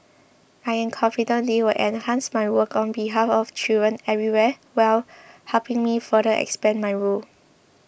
I am confident they will enhance my work on behalf of children everywhere while helping me further expand my role